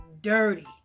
dirty